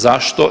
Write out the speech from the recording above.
Zašto?